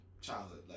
childhood